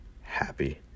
happy